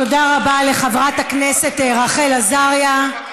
תודה רבה לחברת הכנסת רחל עזריה.